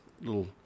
little